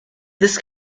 this